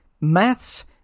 Maths